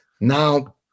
Now